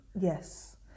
Yes